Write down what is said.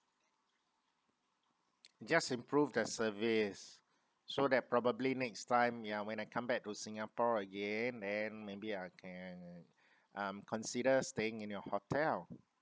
just improve the service so that probably next time ya when I come back to singapore again and maybe I can um consider staying in your hotel